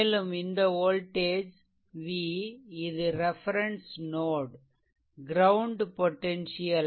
மேலும் இந்த voltage v இது ரெஃபெரென்ஸ் நோட் க்ரௌண்ட் பொடென்சியல் 0